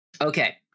okay